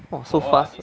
!wah! so fast